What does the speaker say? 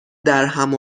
درهم